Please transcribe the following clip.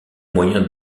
moyen